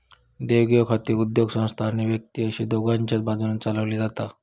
देवघेव खाती उद्योगसंस्था आणि व्यक्ती अशी दोघांच्याय बाजून चलवली जातत